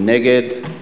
מי נגד?